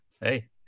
Hey